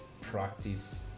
Practice